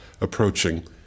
approaching